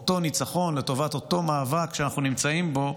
אותו ניצחון, לטובת אותו מאבק שאנחנו נמצאים בו,